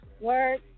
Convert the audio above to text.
Work